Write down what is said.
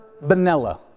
vanilla